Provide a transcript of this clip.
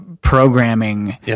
programming